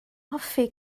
hoffi